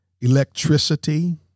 electricity